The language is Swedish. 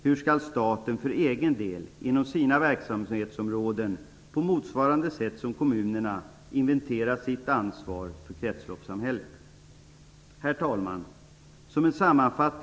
Hur skall staten för egen del, inom sina verksamhetsområden, på motsvarande sätt som kommunerna inventera sitt ansvar för kretsloppssamhället? Herr talman! Låt mig sammanfatta.